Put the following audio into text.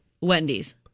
Wendy's